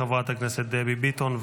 חברת הכנסת דבי ביטון.